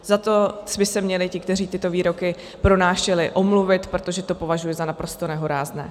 Za to by se měli ti, kteří tyto výroky pronášeli, omluvit, protože to považuji za naprosto nehorázné.